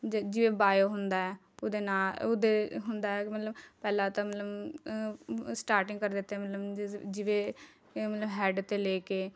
ਜ ਜਿਵੇਂ ਬਾਇਓ ਹੁੰਦਾ ਹੈ ਉਹਦੇ ਨਾਲ ਉਹਦੇ ਹੁੰਦਾ ਹੈ ਮਤਲਬ ਪਹਿਲਾਂ ਤਾਂ ਮਤਲਬ ਸਟਾਰਟਿੰਗ ਕਰ ਦਿੱਤੀ ਮਤਲਬ ਜਿਸ ਜਿਵੇਂ ਮਤਲਬ ਹੈੱਡ ਤੋਂ ਲੈ ਕੇ